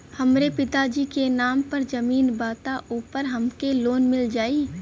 हमरे पिता जी के नाम पर जमीन बा त ओपर हमके लोन मिल जाई?